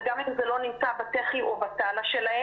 וגם אם זה לא נמצא בתח"י או בתל"א שלהם.